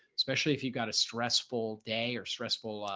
especially if you've got a stressful day or stressful,